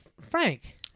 Frank